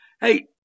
Hey